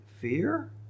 Fear